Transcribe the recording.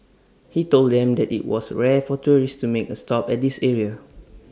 he told them that IT was rare for tourists to make A stop at this area